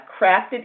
crafted